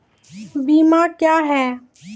बीमा क्या हैं?